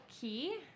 key